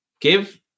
give